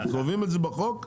קובעים את זה בחוק.